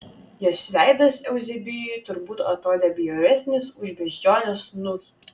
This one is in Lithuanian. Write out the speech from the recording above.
jos veidas euzebijui turbūt atrodė bjauresnis už beždžionės snukį